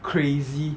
crazy